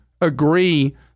agree